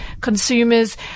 consumers